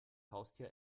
haustier